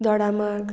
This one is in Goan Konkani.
दोडामार्ग